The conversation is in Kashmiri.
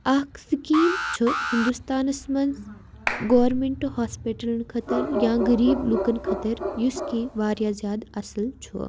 اَکھ سِکیٖم چھُ ہِندوستانَس منٛز گورمینٹ ہاسپِٹَلَن خٲطٕر یا غریٖب لُکَن خٲطٕر یُس کہِ واریاہ زیادٕ اَصٕل چھُ